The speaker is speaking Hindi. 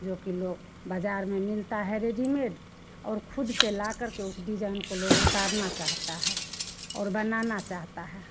जोकि लो बजार में मिलता है रेजीमेट और खुद से ला करके उस डिजाईन को लोगो को उतरना चाहता है और बनाना चाहता है